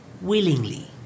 Willingly